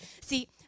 See